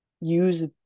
use